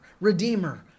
redeemer